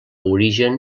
origen